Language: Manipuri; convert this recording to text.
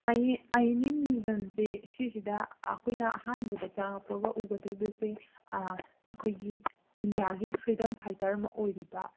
ꯑꯥꯏ ꯑꯦꯟ ꯑꯦ ꯃ꯭ꯌꯨꯖꯝꯁꯤ ꯁꯤꯁꯤꯗ ꯑꯩꯈꯣꯏꯅ ꯑꯍꯥꯟꯕꯗ ꯆꯪꯂꯛꯄꯒ ꯎꯒꯗꯧꯕꯁꯦ ꯑꯩꯈꯣꯏꯒꯤ ꯏꯟꯗꯤꯌꯥꯒꯤ ꯐ꯭ꯔꯤꯗꯝ ꯐꯥꯏꯇꯔ ꯑꯃ ꯑꯣꯏꯔꯤꯕ